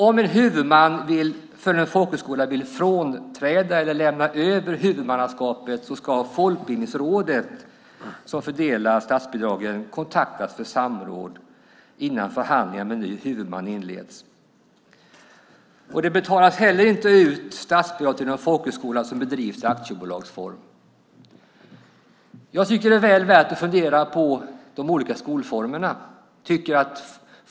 Om en huvudman för en folkhögskola vill frånträda eller lämna över huvudmannaskapet ska Folkbildningsrådet, som fördelar statsbidragen, kontaktas för samråd innan förhandlingar med ny huvudman inleds. Det betalas heller inte ut statsbidrag till folkhögskolor som bedrivs i aktiebolagsform. Det är väl värt att fundera på de olika skolformerna.